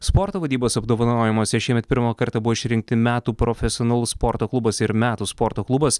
sporto vadybos apdovanojimuose šiemet pirmą kartą buvo išrinkti metų profesionalus sporto klubas ir metų sporto klubas